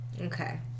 Okay